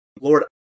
Lord